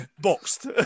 Boxed